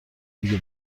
دیگه